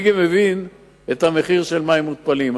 אני מבין גם את המחיר של מים מותפלים.